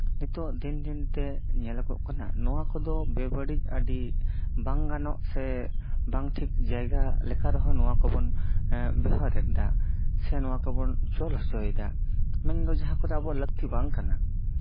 ᱱᱤᱛᱚᱜ ᱫᱤᱱ ᱫᱤᱱᱛᱮ ᱧᱮᱞᱚᱜᱚᱜ ᱠᱟᱱᱟ ᱱᱚᱣᱟ ᱠᱚᱫᱚ ᱵᱮ ᱵᱟᱹᱲᱤᱡ ᱟᱹᱰᱤ ᱵᱟᱝ ᱜᱟᱱᱚᱜ ᱥᱮ ᱵᱟᱝ ᱴᱷᱤᱠ ᱡᱟᱭᱜᱟ ᱞᱮᱠᱟ ᱨᱮᱦᱚᱸ ᱱᱚᱣᱟ ᱠᱚᱵᱚᱱ ᱵᱮᱣᱦᱟᱨᱮᱫᱟ ᱥᱮ ᱱᱚᱣᱟ ᱠᱚᱵᱚᱱ ᱪᱚᱞ ᱦᱚᱪᱚᱭᱮᱫᱟ ᱢᱮᱱ ᱫᱚ ᱡᱟᱦᱟᱸ ᱠᱚᱨᱮᱜ ᱟᱵᱚᱣᱟᱜ ᱞᱟᱹᱠᱛᱤ ᱵᱟᱝ ᱠᱟᱱᱟ